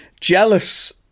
jealous